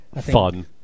Fun